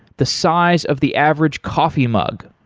the size of the average coffee mug,